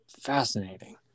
Fascinating